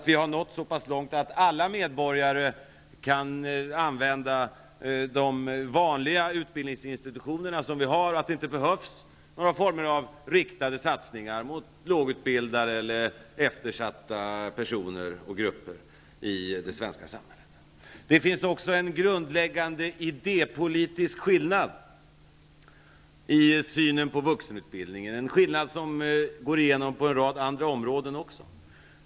Vi har nått så pass långt att alla medborgare kan använda de vanliga utbildningsinstitutionerna, och det behövs inte några satsningar riktade till lågutbildade personer eller eftersatta grupper i det svenska samhället. Det finns också en grundläggande idépolitisk skillnad i synen på vuxenutbildningen, en skillnad som också slår igenom på en rad andra områden.